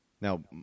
Now